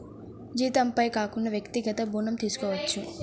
జీతంపై కాకుండా వ్యక్తిగత ఋణం తీసుకోవచ్చా?